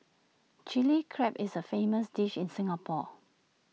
Chilli Crab is A famous dish in Singapore